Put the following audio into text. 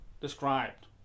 described